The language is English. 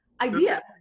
idea